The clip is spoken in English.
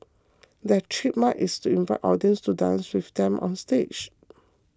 their trademark is to invite audience to dance with them onstage